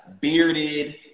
bearded